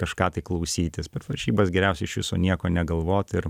kažką tai klausytis per varžybas geriausia iš viso nieko negalvot ir